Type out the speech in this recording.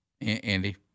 Andy